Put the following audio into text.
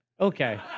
Okay